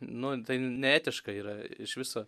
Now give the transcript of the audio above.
nu tai neetiška yra iš viso